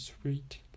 sweet